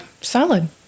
solid